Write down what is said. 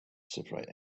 separate